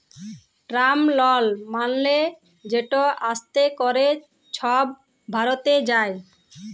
term লল মালে যেট আস্তে ক্যরে ছব ভরতে হ্যয়